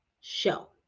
show